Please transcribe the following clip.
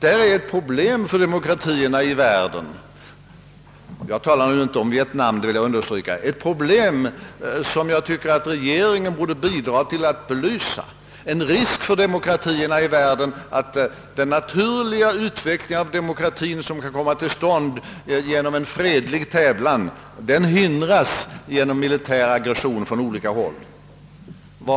Där föreligger ett problem för demokratierna i världen — jag talar nu inte om Vietnam, det vill jag understryka — och en risk för att den naturliga utveckling av demokratien som kan komma till stånd genom en fredlig tävlan hindras genom militära aggressioner från olika håll. Detta problem borde regeringen bidra till att belysa.